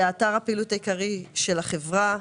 זה אתר הפעילות העיקרי של החברה.